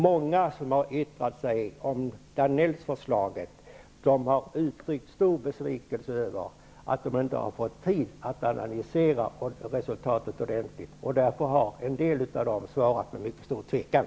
Många som yttrat sig om Danells förslag har uttryckt stor besvikelse över att de inte har fått tid att analysera resultatet ordentligt. En del av dessa instanser har därför svarat med mycket stor tvekan.